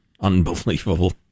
Unbelievable